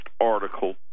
article